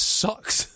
sucks